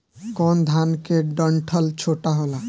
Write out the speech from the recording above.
कौन धान के डंठल छोटा होला?